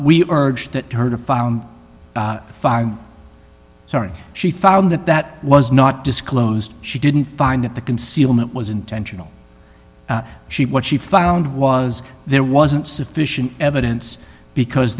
we urge that her to found sorry she found that that was not disclosed she didn't find that the concealment was intentional she what she found was there wasn't sufficient evidence because